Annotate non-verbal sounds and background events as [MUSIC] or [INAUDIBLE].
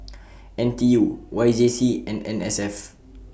[NOISE] N T U Y J C and N S F